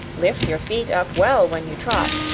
lift your feet up well when you trot,